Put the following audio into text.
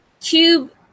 Cube